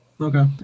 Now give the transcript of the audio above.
okay